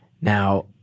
now